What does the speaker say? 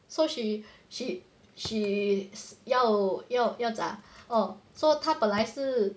so she she she 要要要怎样 oh so 他本来是